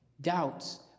doubts